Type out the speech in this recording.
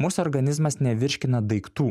mūsų organizmas nevirškina daiktų